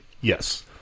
Yes